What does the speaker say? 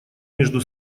между